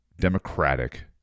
democratic